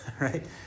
right